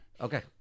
Okay